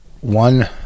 One